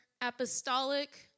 apostolic